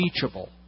teachable